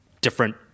different